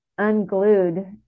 Unglued